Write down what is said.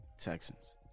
Texans